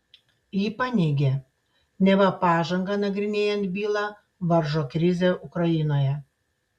ji paneigė neva pažangą nagrinėjant bylą varžo krizė ukrainoje